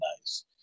nice